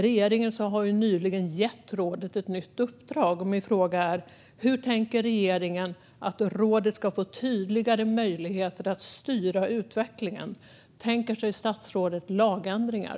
Regeringen har nyligen gett rådet ett nytt uppdrag. Min fråga är hur regeringen tänker att rådet ska få tydligare möjligheter att styra utvecklingen. Tänker sig statsrådet lagändringar?